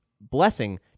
blessing